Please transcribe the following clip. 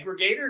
aggregator